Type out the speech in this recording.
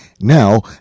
now